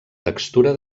textura